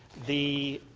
the